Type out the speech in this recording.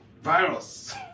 virus